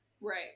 right